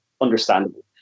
understandable